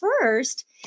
first